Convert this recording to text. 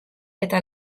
eta